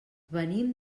venim